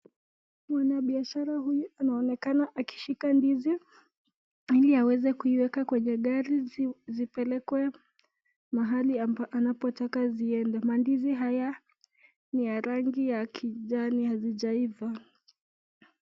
Mwanabiashara huyu anaonekana akishika ndizi ili aweze kuiweka kwenye gari zipelekwe mahali anapotaka ziende, mandizi haya ni ya rangi ya kijani, hazijaiva.